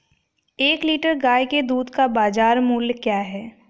एक लीटर गाय के दूध का बाज़ार मूल्य क्या है?